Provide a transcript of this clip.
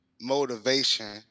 motivation